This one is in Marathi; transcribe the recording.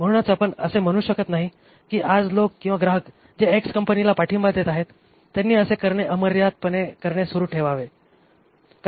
म्हणूनच आपण असे म्हणू शकत नाही की आज लोक किंवा ग्राहक जे एक्स कंपनीला पाठिंबा देत आहेत त्यांनी असे करणे अमर्यादपणे सुरू ठेवले आहे